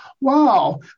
wow